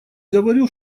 говорю